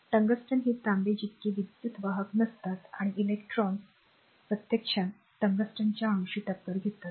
tungsten हे तांबे जितके विद्युत वाहक नसतात आणि इलेक्ट्रॉन प्रत्यक्षात टंगस्टनच्या अणूशी टक्कर घेतात